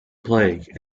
plague